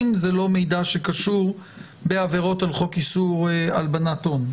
אם זה לא מידע שקשור בעבירות על חוק איסור הלבנת הון.